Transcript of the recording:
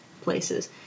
places